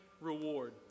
reward